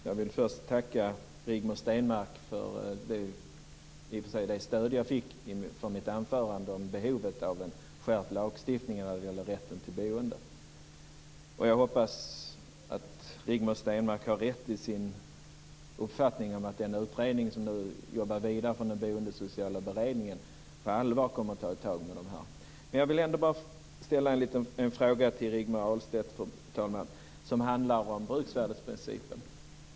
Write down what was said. Fru talman! Jag vill först tacka Rigmor Stenmark för det stöd jag fick för mitt anförande om behovet av en skärpt lagstiftning när det gäller rätten till boende. Jag hoppas att Rigmor Stenmark har rätt i sin uppfattning att den utredning som nu jobbar vidare från den boendesociala beredningen på allvar kommer att ta tag i frågorna. Jag vill bara ställa en liten fråga till Rigmor Stenmark, fru talman, som handlar om bruksvärdesprincipen.